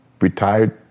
retired